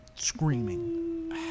Screaming